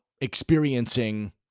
experiencing